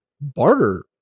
barter